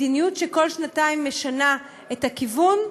מדיניות שכל שנתיים משנה את הכיוון,